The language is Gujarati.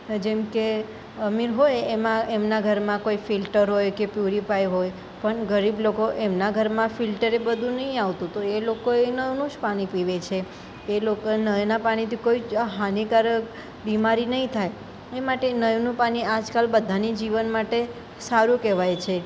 જેમ કે અમીર હોય એમાં એમના ઘરમાં કોઈ ફિલ્ટર હોય કે પ્યુરીફાય હોય પણ ગરીબ લોકો એમના ઘરમાં ફિલ્ટર એ બધું નહીં આવતું તો એ લોકો એ નળનું જ પાણી પીવે છે એ લોકોન નળના પાણીથી કોઈ જ હાનીકારક બીમારી નહીં થાય એ માટે નળનું પાણી આજકાલ બધાના જીવન માટે સારું કહેવાય છે